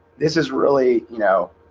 this is really you know,